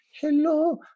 hello